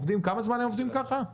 כמה זמן הם עובדים כך?